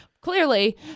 Clearly